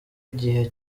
igihe